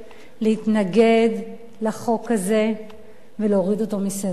אני קוראת לכם להתנגד לחוק הזה ולהוריד אותו מסדר-היום.